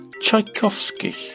Tchaikovsky